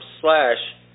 slash